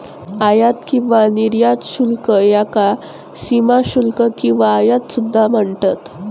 आयात किंवा निर्यात शुल्क याका सीमाशुल्क किंवा आयात सुद्धा म्हणतत